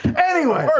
anyway.